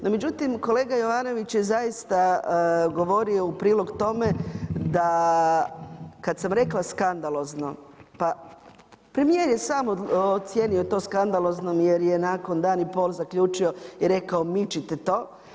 No međutim, kolega Jovanović je zaista govorio u prilog tome da kad sam rekla skandalozno pa premijer je sam ocijenio to skandaloznom jer je nakon dan i pol zaključio i rekao mičite to.